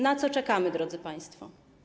Na co czekamy, drodzy państwo?